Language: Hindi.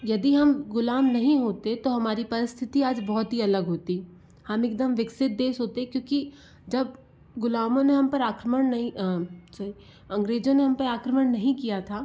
यदि हम ग़ुलाम नहीं होते तो हमारी परिस्थिति आज बहुत ही अलग होती हम एक दम विकसित देश होते क्योंकि जब ग़ुलामी ने हम पर आक्रमण नहीं सॉरी अंग्रेज़ों ने हम पर आक्रमण नहीं किया था